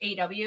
AW